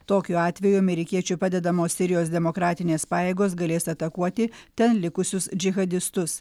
tokiu atveju amerikiečių padedamos sirijos demokratinės pajėgos galės atakuoti ten likusius džihadistus